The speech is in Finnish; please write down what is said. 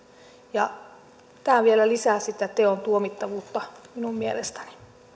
ja tämä vielä lisää sitä teon tuomittavuutta minun mielestäni